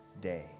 day